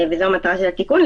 וזו מטרת התיקון.